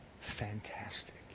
Fantastic